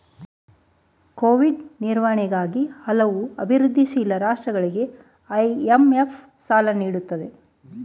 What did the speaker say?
Covid ನಿರ್ವಹಣೆಗಾಗಿ ಹಲವು ಅಭಿವೃದ್ಧಿಶೀಲ ರಾಷ್ಟ್ರಗಳಿಗೆ ಐ.ಎಂ.ಎಫ್ ಸಾಲ ನೀಡುತ್ತಿದೆ